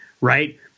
right